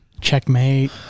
checkmate